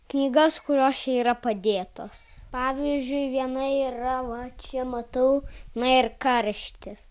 knygas kurios čia yra padėtos pavyzdžiui viena yra va čia matau na ir karštis